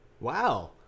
Wow